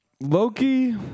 Loki